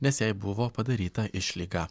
nes jai buvo padaryta išlyga